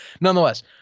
Nonetheless